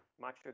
Macho